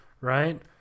right